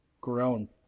grown